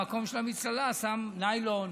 במקום של המצללה שם ניילון,